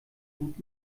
gut